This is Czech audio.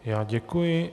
Já děkuji.